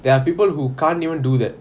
there are people who can't even do that